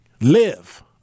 Live